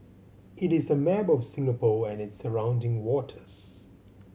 it is a map of Singapore and its surrounding waters